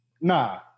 Nah